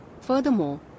Furthermore